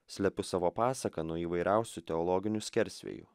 slepiu savo pasaką nuo įvairiausių teologinių skersvėjų